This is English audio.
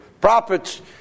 profits